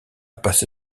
passé